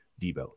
Debo